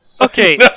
Okay